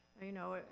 you know,